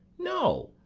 no,